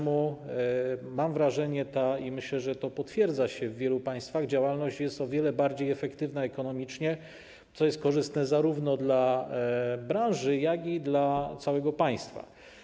Mam wrażenie, że dzięki temu, i myślę, że to potwierdza się w wielu państwach, ta działalność jest o wiele bardziej efektywna ekonomicznie, co jest korzystne, zarówno dla branży, jak i dla całego państwa.